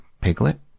Piglet